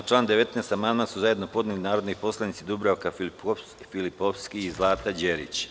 Na član 19. amandman su zajedno podnele narodni poslanici Dubravka Filipovski i Zlata Đerić.